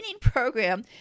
program